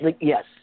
yes